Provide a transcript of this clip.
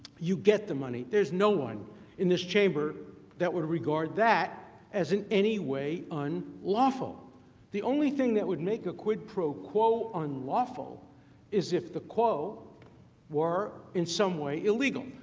you get the money. there is no one in this chamber that would regard that as in any way like unlawful. the only thing that would make a quid pro quo unlawful is if the quo were in some way illegal.